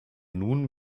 nun